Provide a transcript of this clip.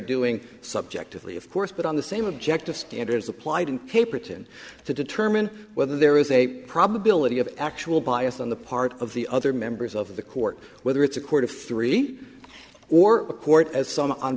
doing subjectively of course but on the same objective standards applied in caperton to determine whether there is a probability of actual bias on the part of the other members of the court whether it's a court of three or a court as some on